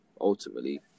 Ultimately